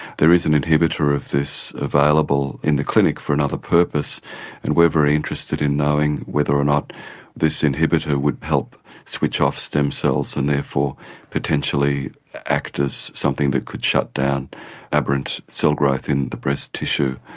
there is an inhibitor of this available in the clinic for another purpose and very interested in knowing whether or not this inhibitor would help switch off stem cells and therefore potentially act as something that could shut down aberrant cell growth in the breast tissue.